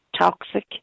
toxic